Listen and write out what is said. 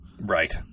Right